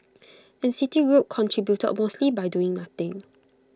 and citigroup contributed mostly by doing nothing